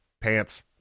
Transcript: pants